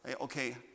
okay